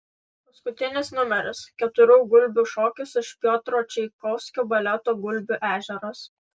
paskutinis numeris keturių gulbių šokis iš piotro čaikovskio baleto gulbių ežeras